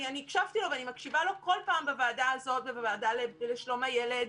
אני הקשבתי לו ואני מקשיבה לו כל פעם בוועדה הזו ובוועדה לשלום הילד.